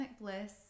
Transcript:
bliss